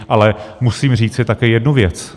Ale musím říci také jednu věc.